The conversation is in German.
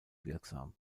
wirksam